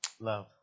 Love